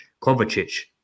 Kovacic